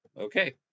Okay